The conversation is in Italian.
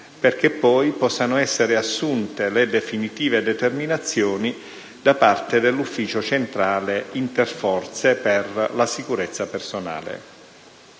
perché poi possano essere assunte le definitive determinazioni da parte dell'Ufficio centrale interforze per la sicurezza personale.